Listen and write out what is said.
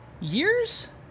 years